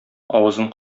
авызын